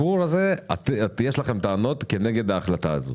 יש לכם טענות כנגד ההחלטה הזאת.